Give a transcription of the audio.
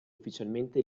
ufficialmente